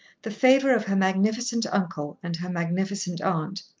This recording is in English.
the favour of her magnificent uncle and her magnificent aunt.